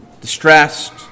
Distressed